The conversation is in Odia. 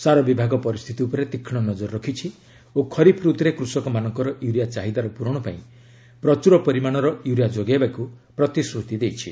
ସାର ବିଭାଗ ପରିସ୍ଥିତି ଉପରେ ତୀକ୍ଷ୍ମ ନଜର ରଖିଛି ଓ ଖରିଫ୍ ରତୁରେ କୁଷକମାନଙ୍କର ୟୁରିଆ ଚାହିଦାର ପୂରଣ ପାଇଁ ପ୍ରଚୁର ପରିମାଣର ୟୁରିଆ ଯୋଗାଇବାକୁ ପ୍ରତିଶ୍ରତି ଦେଇଛି